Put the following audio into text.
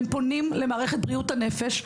פונה למערכת בריאות הנפש,